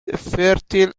fertile